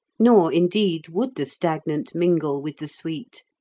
nor, indeed, would the stagnant mingle with the sweet,